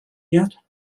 yet